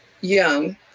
young